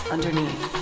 Underneath